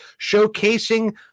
showcasing